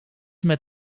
met